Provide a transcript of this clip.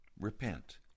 repent